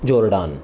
Jordan